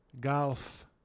golf